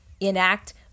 enact